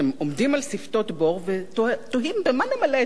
על שפתות בור ותוהים: במה נמלא את הבור,